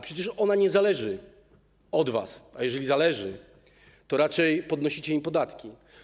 Przecież to nie zależy od was, a jeżeli zależy, to raczej podnosicie ludziom podatki.